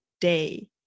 day